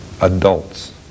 adults